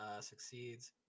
succeeds